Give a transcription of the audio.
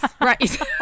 right